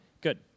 Good